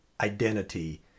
identity